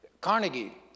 Carnegie